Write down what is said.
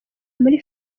muri